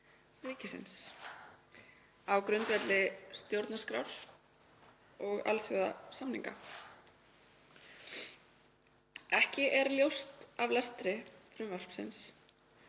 ríkisins á grundvelli stjórnarskrár og alþjóðasamninga. Ekki er ljóst af lestri frumvarpsins